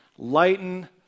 Lighten